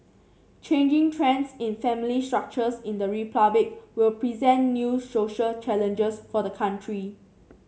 changing trends in family structures in the Republic will present new social challenges for the country